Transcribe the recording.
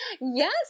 Yes